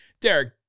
Derek